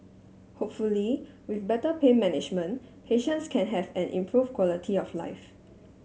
hopefully with better pain management patients can have an improved quality of life